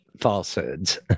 falsehoods